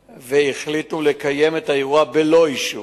והחליטו לקיים את האירוע בלא אישור.